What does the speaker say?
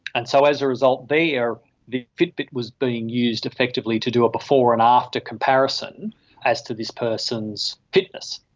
and so as a result there the fitbit was being used effectively to do a before and after comparison as to this person's fitness.